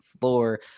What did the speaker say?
floor